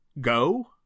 go